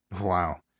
wow